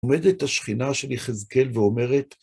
עומדת השכינה של יחזקאל ואומרת,